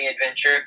adventure